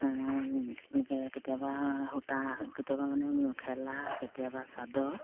কেতিয়াবা সূতা কেতিয়াবা মানে মেখেলা কেতিয়াবা চাদৰ